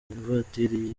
ivatiri